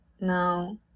Now